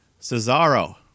Cesaro